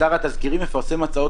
בדרך כלל אתר התזכירים מפרסם הצעות